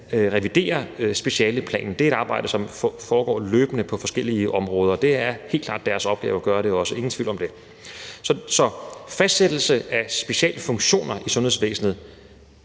reviderer specialeplanen. Det er et arbejde, som foregår løbende på forskellige områder. Det er helt klart deres opgave at gøre det – ingen tvivl om det. Så fastsættelse af specialfunktioner i sundhedsvæsenet